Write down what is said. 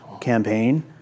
campaign